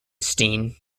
steen